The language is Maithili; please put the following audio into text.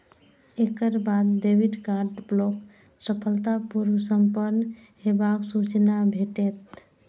एकर बाद डेबिट कार्ड ब्लॉक सफलतापूर्व संपन्न हेबाक सूचना भेटत